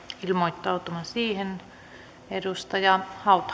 ilmoittautumaan siihen